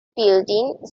building